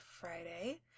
Friday